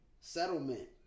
settlement